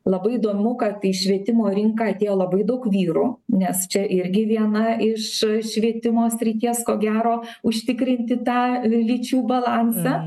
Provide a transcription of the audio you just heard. labai įdomu kad į švietimo rinką atėjo labai daug vyrų nes čia irgi viena iš švietimo srities ko gero užtikrinti tą lyčių balansą